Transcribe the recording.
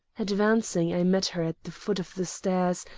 advancing, i met her at the foot of the stairs,